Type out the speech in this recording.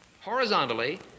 horizontally